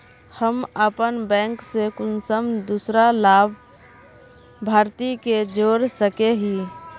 हम अपन बैंक से कुंसम दूसरा लाभारती के जोड़ सके हिय?